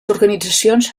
organitzacions